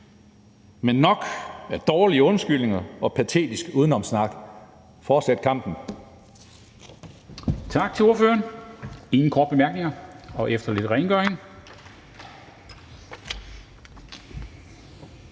men nok af dårlige undskyldninger og patetisk udenomssnak. Fortsæt kampen!